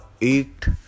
eight